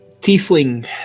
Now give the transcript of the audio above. tiefling